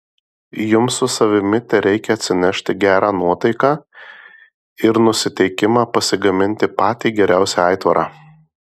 jums su savimi tereikia atsinešti gerą nuotaiką ir nusiteikimą pasigaminti patį geriausią aitvarą